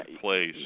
place